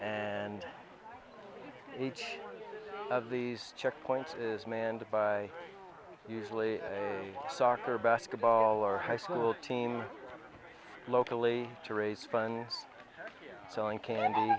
and each of these checkpoints is manned by usually a soccer basketball or high school team locally to raise funds selling candy